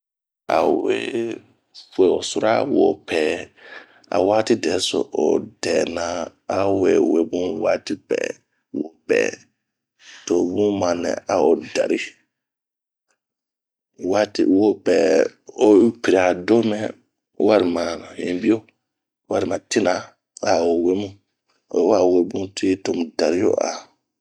Ao we fue osura wopɛɛ a wati dɛso o dɛna a o we webun wa ati pɛ, wopɛɛ to bn ma nɛ a o dari, wati, wopɛɛ o piria domɛ, warima hinbio, warima tina a o wemu, oyi wa webun tuwi to mu dario a